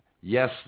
yes